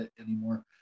anymore